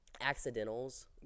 accidentals